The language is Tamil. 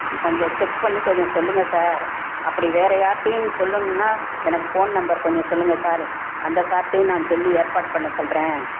கொஞ்சம் செக் பண்ணி கொஞ்சம் சொல்லுங்கள் சார் அப்படி வேறு யார்கிட்டையும் சொல்லணுன்னால் எனக்கு ஃபோன் நம்பர் கொஞ்சம் சொல்லுங்கள் சார் அந்த சார்ட்டையும் நான் சொல்லி ஏற்பாடு பண்ண சொல்கிறேன்